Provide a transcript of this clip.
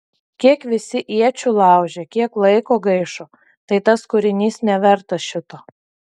kiek visi iečių laužė kiek laiko gaišo tai tas kūrinys nevertas šito